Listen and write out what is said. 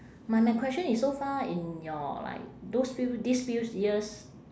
my my question is so far in your like those few these few years